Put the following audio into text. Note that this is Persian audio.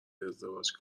ازدواج